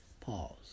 Pause